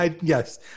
Yes